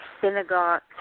Synagogue